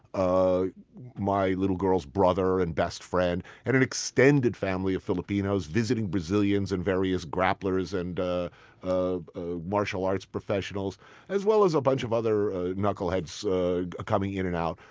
ah my little girl's brother and best friend and an extended family of filipinos, visiting brazilians, and various grapplers and ah ah martial arts professionals as well as a bunch of other knuckleheads coming in and out.